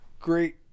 great